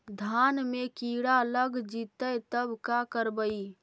धान मे किड़ा लग जितै तब का करबइ?